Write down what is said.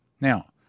Now